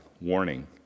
warning